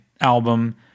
album